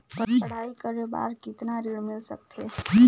पढ़ाई करे बार कितन ऋण मिल सकथे?